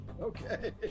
Okay